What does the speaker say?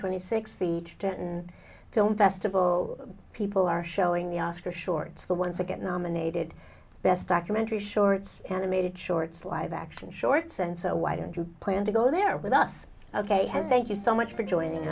twenty sixth the denton film festival people are showing the oscar shorts the once again nominated best documentary shorts animated shorts live action shorts and so why don't you plan to go there with us ok thank you so much for joining